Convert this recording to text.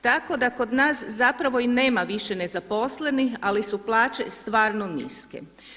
Tako da kod nas zapravo i nema više nezaposlenih, ali su plaće stvarno niske.